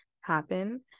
happen